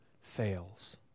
fails